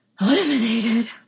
eliminated